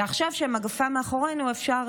ועכשיו כשהמגפה מאחורינו אפשר,